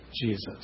Jesus